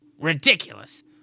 Ridiculous